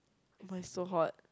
why so hot